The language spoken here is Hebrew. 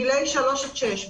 גילי שלוש עד שש.